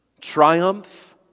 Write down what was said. Triumph